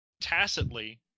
tacitly